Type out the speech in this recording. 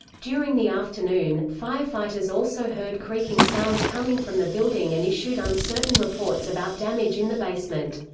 during the afternoon, firefighters also heard creaking sounds coming from the building and issued uncertain reports about damage in the basement.